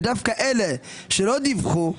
ודווקא אלה שלא דיווחו,